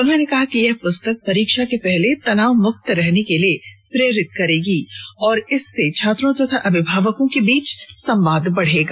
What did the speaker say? उन्होंने कहा कि यह पुस्तक परीक्षा से पहले तनाव मुक्त रहने के लिए प्रेरित करेगी और इससे छात्रों तथा अभिभावकों के बीच संवाद बढ़ेगा